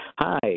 Hi